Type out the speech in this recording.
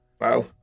Wow